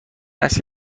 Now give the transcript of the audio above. عکس